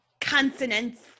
consonants